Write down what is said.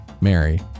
Mary